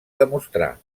demostrar